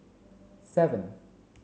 seven